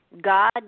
God